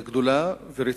גדולה ורצינית.